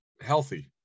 healthy